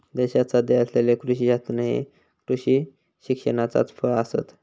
देशात सध्या असलेले कृषी शास्त्रज्ञ हे कृषी शिक्षणाचाच फळ आसत